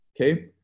okay